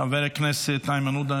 חבר הכנסת איימן עודה,